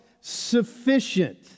sufficient